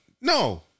No